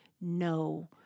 no